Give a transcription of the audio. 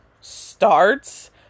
starts